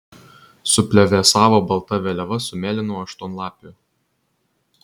suplevėsavo balta vėliava su mėlynu aštuonlapiu